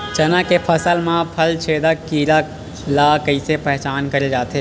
चना के फसल म फल छेदक कीरा ल कइसे पहचान करे जाथे?